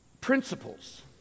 principles